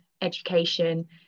education